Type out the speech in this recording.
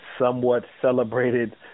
somewhat-celebrated